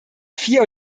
vier